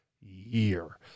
year